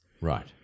right